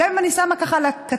גם אם אני שמה ככה על הקצה,